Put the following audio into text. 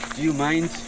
you mind?